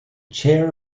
chair